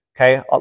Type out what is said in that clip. Okay